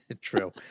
True